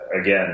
again